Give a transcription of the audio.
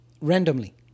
randomly